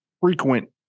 frequent